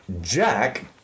Jack